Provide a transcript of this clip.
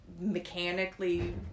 mechanically